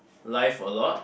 life a lot